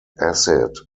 acid